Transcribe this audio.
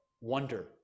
wonder